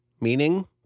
meaning